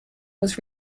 was